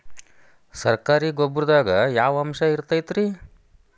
ಸರಕಾರಿ ಗೊಬ್ಬರದಾಗ ಯಾವ ಅಂಶ ಇರತೈತ್ರಿ?